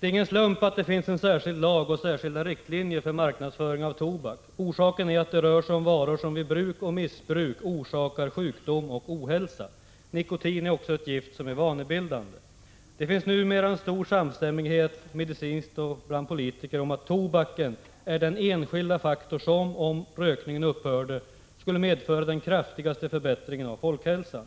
Det är ingen slump att det finns en särskild lag och särskilda riktlinjer för marknadsföring av tobak. Orsaken är att det rör sig om varor som vid bruk och missbruk orsakar sjukdom och ohälsa. Nikotin är också ett gift som är vanebildande. Det finns numera en stor samstämmighet, medicinskt och bland politiker, om att ett upphörande med tobaksrökning är den enskilda faktor som skulle medföra den kraftigaste förbättringen av folkhälsan.